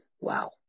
wow